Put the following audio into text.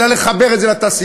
אלא לחבר את זה לתעשייה.